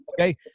Okay